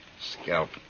Scalp